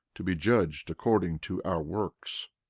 to be judged according to our works.